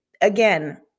Again